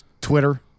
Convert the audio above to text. Twitter